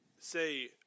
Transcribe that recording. say